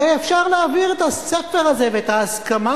הרי אפשר להעביר את הספר הזה ואת ההסכמה